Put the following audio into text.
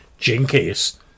Jinkies